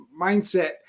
mindset